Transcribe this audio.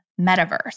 metaverse